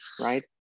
right